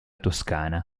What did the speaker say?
toscana